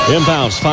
Inbounds